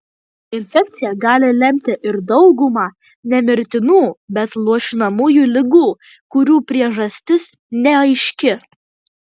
infekcija gali lemti ir daugumą ne mirtinų bet luošinamųjų ligų kurių priežastis neaiški